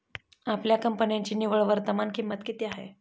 आपल्या कंपन्यांची निव्वळ वर्तमान किंमत किती आहे?